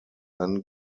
then